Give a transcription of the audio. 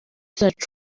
zacu